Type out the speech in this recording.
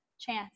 chance